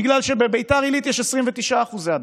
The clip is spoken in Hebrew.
בגלל שבביתר עילית יש 29% הדבקה.